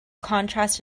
contrast